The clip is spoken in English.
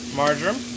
marjoram